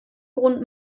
grund